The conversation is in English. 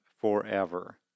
forever